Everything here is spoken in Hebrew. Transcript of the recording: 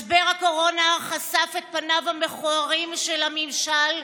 משבר הקורונה חשף את פניו המכוערים של הממשל,